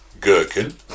gherkin